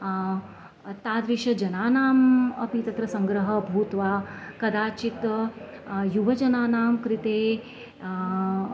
तादृशजनानाम् अपि तत्र सङ्ग्रहो भूत्वा कदाचित् युवजनानां कृते